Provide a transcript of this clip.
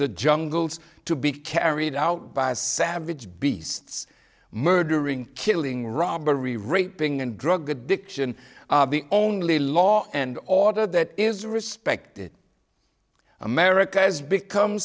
the jungles to be carried out by savage beasts murdering killing robbery raping and drug addiction the only law and order that is respected america has become